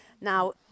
now